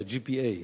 ה-GPA,